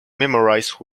memorize